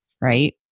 right